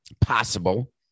possible